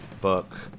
book